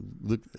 look